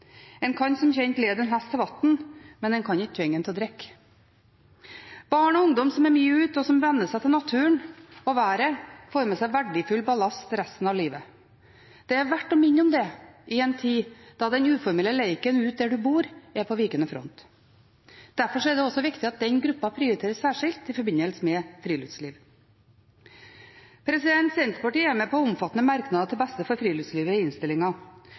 En kan som kjent lede en hest til vann, men en kan ikke tvinge den til å drikke. Barn og ungdom som er mye ute, og som venner seg til naturen og været, får med seg verdifull ballast resten av livet. Det er verdt å minne om det i en tid da den uformelle leken utendørs der en bor, er på vikende front. Derfor er det også viktig at den gruppa prioriteres særskilt i forbindelse med friluftsliv. Senterpartiet er med på omfattende merknader til beste for friluftslivet i